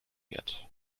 wird